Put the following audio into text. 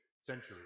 century